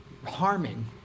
Harming